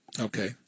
Okay